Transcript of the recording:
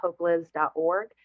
hopelives.org